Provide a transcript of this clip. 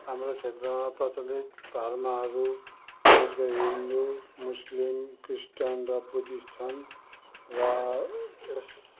हाम्रो क्षेत्रमा प्रचलित धर्महरू विशेष गरी हिन्दू मुस्लिम क्रिस्चियन र बुद्धिस्ट छन् र यस